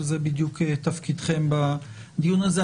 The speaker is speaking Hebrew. זה בדיוק תפקידכם בדיון הזה.